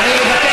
למה?